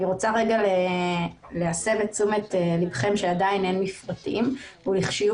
אני רוצה להסב את תשומת לבכם שעדיין אין מפרטים וכשיהיו